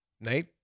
Nate